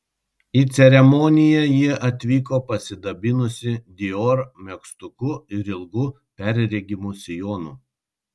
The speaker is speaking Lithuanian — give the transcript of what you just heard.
į ceremoniją ji atvyko pasidabinusi dior megztuku ir ilgu perregimu sijonu